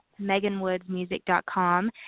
MeganWoodsMusic.com